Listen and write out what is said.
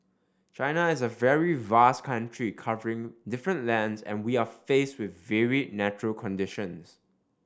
China is a very vast country covering different lands and we are faced with varied natural conditions